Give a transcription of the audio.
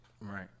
Right